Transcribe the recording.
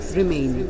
remain